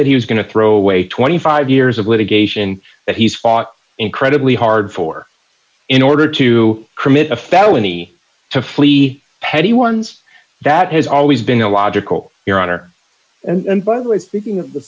that he was going to throw away twenty five years of litigation that he's fought incredibly hard for in order to commit a felony to flee petty ones that has always been a logical your honor and by the way speaking of the